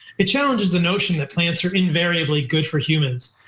it challenges the notion that plants are invariably good for humans,